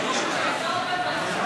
תחזור, לא הבנתי.